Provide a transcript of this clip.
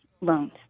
loans